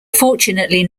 fortunately